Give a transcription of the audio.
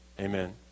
amen